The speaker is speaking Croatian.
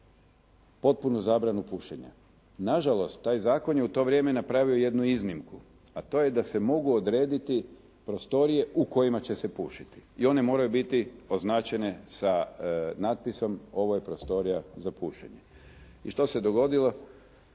potpunu zabranu pušenja. Nažalost, taj zakon je u to vrijeme napravio jednu iznimku, a to je da se mogu odrediti prostorije u kojima će se pušiti i one moraju biti označene sa natpisom "ovo je prostorija za pušenje". I što se dogodilo?